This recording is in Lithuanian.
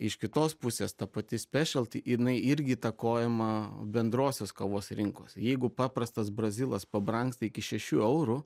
iš kitos pusės ta pati spešal ti jinai irgi įtakojama bendrosios kavos rinkos jeigu paprastas brazilas pabrangsta iki šešių eurų